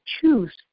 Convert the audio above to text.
choose